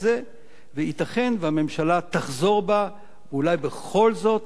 וייתכן והממשלה תחזור בה ואולי בכל זאת תשתמש בחוק.